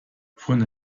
von